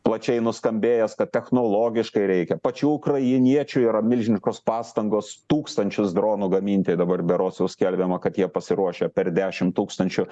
plačiai nuskambėjęs kad technologiškai reikia pačių ukrainiečių yra milžiniškos pastangos tūkstančius dronų gaminti dabar berods jau skelbiama kad jie pasiruošę per dešim tūkstančių